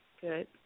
Good